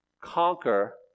Conquer